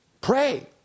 Pray